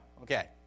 Okay